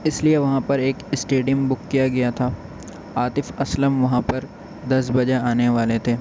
اس لیے وہاں پر ایک اسٹیڈیم بک کیا گیا تھا عاطف اسلم وہاں پر دس بجے آنے والے تھے